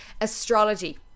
astrology